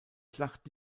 schlacht